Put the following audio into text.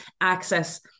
access